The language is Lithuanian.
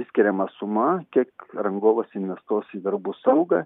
išskiriama suma kiek rangovas investuos į darbų saugą